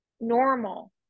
normal